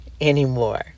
anymore